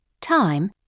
time